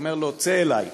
והוא אומר לו: צא אלי.